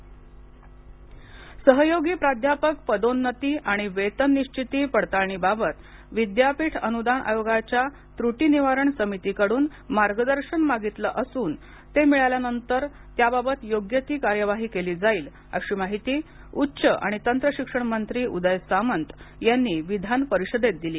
सहयोगी प्राध्यापक पदोन्नती सहयोगी प्राध्यापक पदोन्नती आणि वेतन निश्विती पडताळणीबाबत विद्यापीठ अनुदान आयोगाच्या त्रटी निवारण समितीकड्न मार्गदर्शन मागितलं असून ते मिळाल्यानंतर त्याबाबत योग्य ती कार्यवाही केली जाईल अशी माहिती उच्च आणि तंत्रशिक्षण मंत्री उदय सामंत यांनी विधान परिषदेत दिली